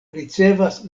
ricevas